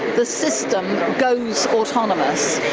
the system goes autonomous.